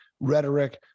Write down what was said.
rhetoric